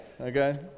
okay